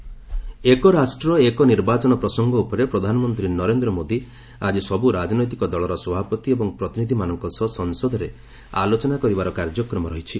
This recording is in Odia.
ପିଏମ୍ ୱାନ୍ନେସନ୍ ଏକ ରାଷ୍ଟ୍ର ଏକ ନିର୍ବାଚନ ପ୍ରସଙ୍ଗ ଉପରେ ପ୍ରଧାନମନ୍ତ୍ରୀ ନରେନ୍ଦ୍ର ମୋଦୀ ଆକି ସବୁ ରାଜନୈତିକ ଦଳର ସଭାପତି ଏବଂ ପ୍ରତିନିଧିମାନଙ୍କ ସହ ସଂସଦରେ ଆଲୋଚନା କରିବାର କାର୍ଯ୍ୟକ୍ମ ରହିଛି